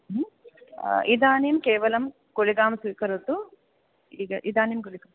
हम् इदानीं केवलं गुलिकां स्वीकरोतु इद इदानीं गुलिकां